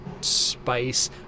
spice